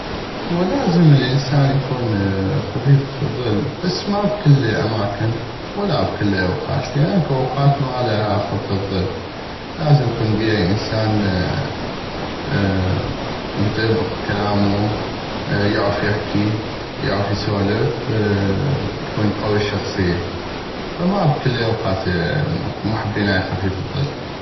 هو لازم الانسان يكون خفيف ظل بس ما بكل الاماكن ولا بكل الاوقات لان اكو اوقات ما لها خفة ظل لازم يكون بيها انسان متلبق بكلامو يعغف يحكي يعغف يسولف يكون قوي الشخصية فما بكل الاوقات محبين خفيف الظل.